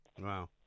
Wow